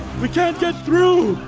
we can't get through,